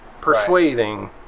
Persuading